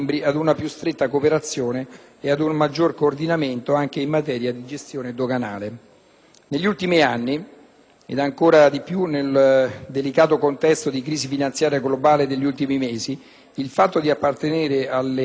Negli ultimi anni, e ancora di più nel delicato contesto di crisi finanziaria globale degli ultimi mesi, il fatto di appartenere alla compagine europea ha portato numerosi benefici all'Italia e ci ha permesso di procedere